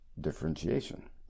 differentiation